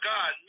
God